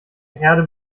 herde